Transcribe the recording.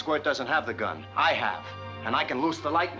squire doesn't have the gun i have and i can lose the like